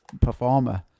performer